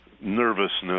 nervousness